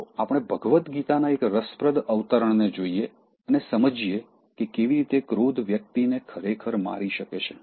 ચાલો આપણે ભગવદ્ ગીતાના એક રસપ્રદ અવતરણને જોઈએ અને સમજીએ કે કેવી રીતે ક્રોધ વ્યક્તિને ખરેખર મારી શકે છે